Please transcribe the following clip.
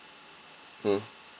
mm